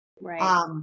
right